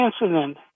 incident